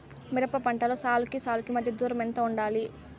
మిరప పంటలో సాలుకి సాలుకీ మధ్య దూరం ఎంత వుండాలి?